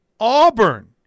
Auburn